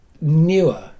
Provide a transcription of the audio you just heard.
newer